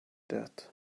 that